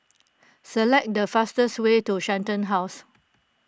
select the fastest way to Shenton House